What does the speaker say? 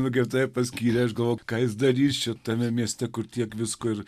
nugirdai paskyrė aš galvoju ką darysiu tame mieste kur tiek visko ir